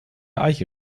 eiche